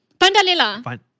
Pandalela